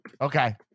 Okay